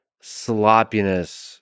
sloppiness